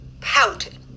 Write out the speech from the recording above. pouted